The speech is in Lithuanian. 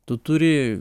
tu turi